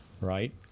right